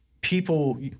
people